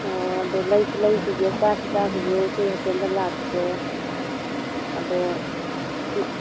ꯑꯣ ꯂꯩꯁꯨ ꯂꯩꯈꯤꯒꯦ ꯆꯥꯁꯨ ꯆꯥꯈꯤꯒꯦ ꯏꯆꯦ ꯍꯣꯇꯦꯜꯗꯁꯨ ꯂꯥꯛꯀꯦ ꯑꯗꯣ